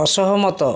ଅସହମତ